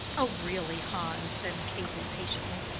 oh, really, hans, said kate, impatiently.